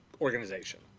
organization